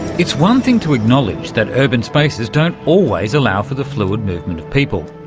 it's one thing to acknowledge that urban spaces don't always allow for the fluid movement of people,